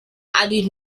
added